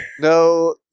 No